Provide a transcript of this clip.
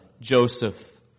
Joseph